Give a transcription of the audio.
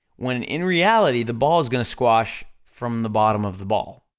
when in reality, the ball's gonna squash from the bottom of the ball.